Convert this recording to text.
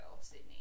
Sydney